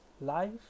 life